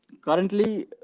currently